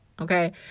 Okay